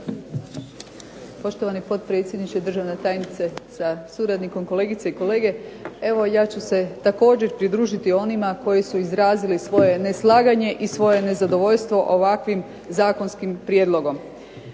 Poštovani potpredsjedniče, državna tajnice sa suradnikom, kolegice i kolege. Evo ja ću se također pridružiti onima koji su izrazili svoje neslaganje i svoje nezadovoljstvo ovakvim zakonskim prijedlogom.